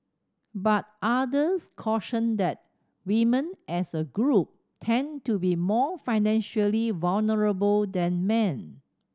but others cautioned that women as a group tend to be more financially vulnerable than men